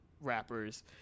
rappers